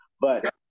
But-